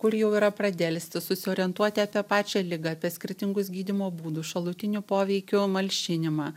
kur jau yra pradelsti susiorientuoti apie pačią ligą apie skirtingus gydymo būdus šalutinių poveikių malšinimą